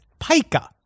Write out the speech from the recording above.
pika